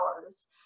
hours